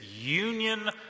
union